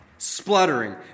Spluttering